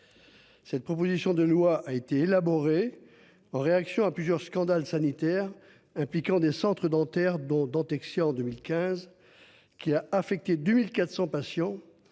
Cette proposition de loi a été élaboré en réaction à plusieurs scandales sanitaires impliquant des Centres Dentaires dont Dentexia en 2015. Qui a affecté 2400 patients